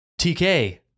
TK